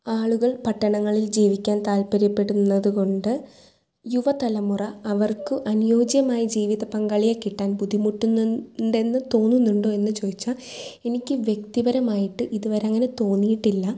ആള്കൾ പട്ടണങ്ങളിൽ ജീവിക്കാൻ താൽപ്പര്യപ്പെടുന്നത് കൊണ്ട് യുവതലമുറ അവർക്ക് അനുയോജ്യമായ ജീവിത പങ്കാളിയെ കിട്ടാൻ ബുദ്ധിമുട്ടുന്നുണ്ടോന്ന് തോന്നുന്നുണ്ടോ എന്ന് ചോദിച്ചാൽ എനിക്ക് വ്യക്തി പരമായിട്ട് ഇതുവരെ അങ്ങനെ തോന്നീട്ടില്ല